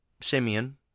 simeon